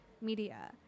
media